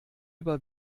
über